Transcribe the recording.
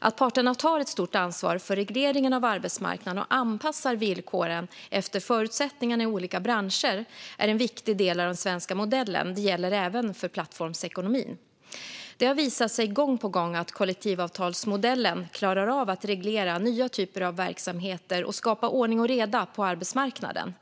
Att parterna tar ett stort ansvar för regleringen av arbetsmarknaden och anpassar villkoren efter förutsättningarna i olika branscher är en viktig del av den svenska modellen. Det gäller även för plattformsekonomin. Det har visat sig gång på gång att kollektivavtalsmodellen klarar av att reglera nya typer av verksamheter och skapa ordning och reda på arbetsmarknaden.